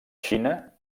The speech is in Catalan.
xina